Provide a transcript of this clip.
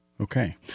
Okay